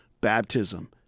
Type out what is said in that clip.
Baptism